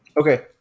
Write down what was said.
Okay